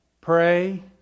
pray